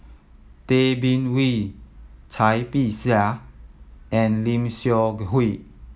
Tay Bin Wee Cai Bixia and Lim Seok Hui